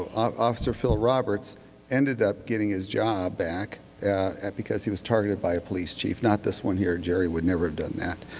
ah ah officer phil roberts ended up getting his job back because he was targeted by a police chief. not this one here, jeri would never have done that.